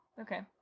Okay